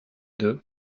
deux